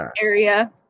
area